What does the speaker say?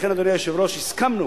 לכן, אדוני היושב-ראש, הסכמנו